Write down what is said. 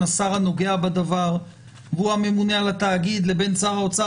השר הנוגע בדבר והוא הממונה על התאגיד לבין שר האוצר,